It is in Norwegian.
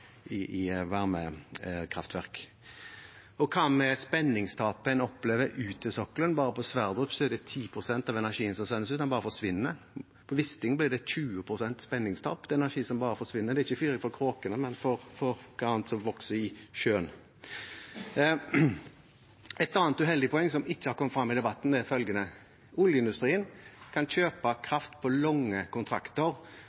varmekraftverk. Hva med spenningstapet en opplever ut til sokkelen? Bare på Sverdrup er det 10 pst. av energien som sendes ut, som bare forsvinner. På Wisting ble det 20 pst. spenningstap. Det er energi som bare forsvinner. Det er ikke å fyre for kråkene, men for annet som vokser i sjøen. Et annet uheldig poeng som ikke har kommet frem i debatten, er følgende: Oljeindustrien kan kjøpe